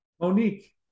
Monique